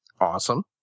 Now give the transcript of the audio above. Awesome